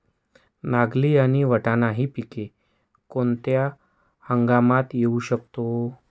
नागली आणि वाटाणा हि पिके कोणत्या हंगामात घेऊ शकतो?